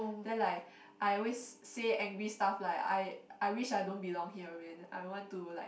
then like I always say angry stuff like I I wish I don't belong here man I want to like